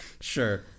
Sure